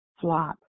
flop